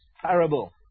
parable